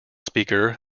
speaker